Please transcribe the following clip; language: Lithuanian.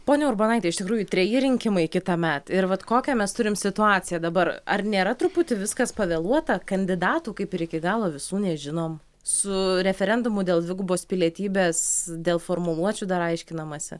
ponia urbonaite iš tikrųjų treji rinkimai kitąmet ir vat kokią mes turim situaciją dabar ar nėra truputį viskas pavėluota kandidatų kaip ir iki galo visų nežinom su referendumu dėl dvigubos pilietybės dėl formuluočių dar aiškinamasi